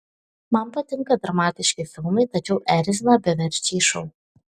man patinka dramatiški filmai tačiau erzina beverčiai šou